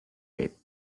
rate